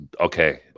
okay